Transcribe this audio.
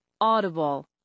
Audible